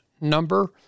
number